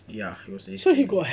ya he was israeli